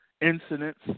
incidents